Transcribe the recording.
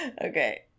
Okay